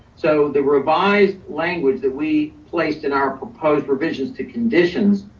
so the revised language that we placed in our proposed revisions to conditions,